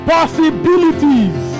Possibilities